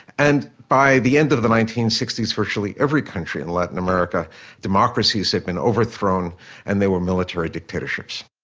and by the end of the nineteen sixty s, in virtually every country in latin america, democracies had been overthrown and they were military dictatorships.